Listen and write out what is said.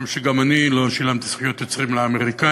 משום שגם אני לא שילמתי זכויות יוצרים לאמריקנים,